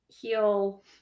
heal